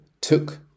took